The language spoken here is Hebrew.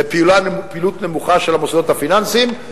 פעילות נמוכה של המוסדות הפיננסיים.